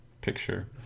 picture